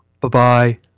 bye-bye